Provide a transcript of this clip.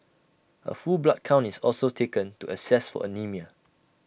A full blood count is also taken to assess for anaemia